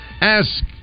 Ask